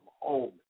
home